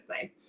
say